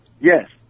Yes